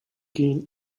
gain